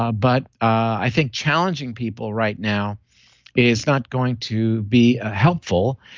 ah but i think challenging people right now is not going to be helpful,